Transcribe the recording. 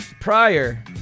prior